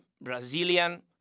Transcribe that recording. Brazilian